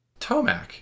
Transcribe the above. Tomac